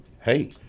hey